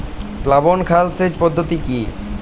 প্লাবন খাল সেচ পদ্ধতি কি?